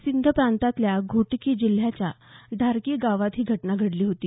सिंध प्रांतातल्या घोटकी जिल्ह्याच्या ढार्की गावात ही घटना घडली होती